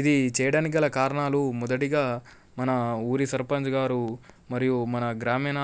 ఇది చేయడానికి గల కారణాలు మొదటిగా మన ఊరి సర్పంచ్ గారు మరియు మన గ్రామీణ